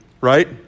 right